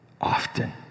Often